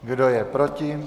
Kdo je proti?